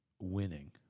winning